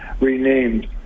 renamed